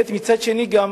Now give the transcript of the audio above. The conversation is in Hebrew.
מצד שני גם